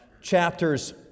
chapters